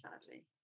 sadly